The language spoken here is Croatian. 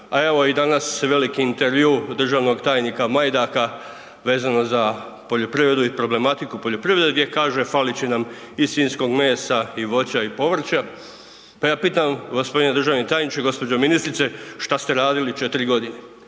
a evo i danas je veliki intervju državnog tajnika Majdaka vezano za poljoprivredu i problematiku poljoprivrede, gdje kaže falit će nam i svinjskog mesa i voća i povrća pa ja pitam g. državni tajniče, gđo. ministrice, šta ste radili 4 godine?